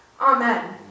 Amen